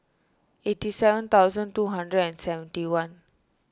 eighty seven thousand two hundred and seventy one